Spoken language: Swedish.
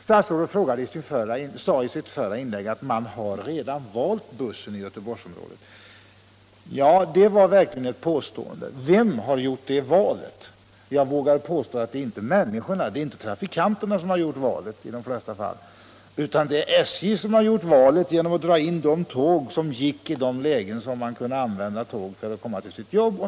Statsrådet sade i sitt förra inlägg att man redan har valt bussen i Göteborgsområdet. Det var verkligen ett påstående! Vem har gjort det valet? Jag vågar påstå att det inte är trafikanterna som gjort valet, utan det är SJ som gjort valet genom att dra in de tåg som man kunde använda för att komma till sitt jobb.